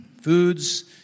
foods